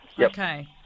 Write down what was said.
Okay